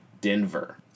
Denver